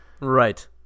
Right